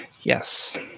Yes